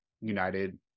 United